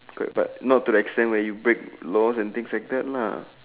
correct but not to the extent where you break laws and things like that lah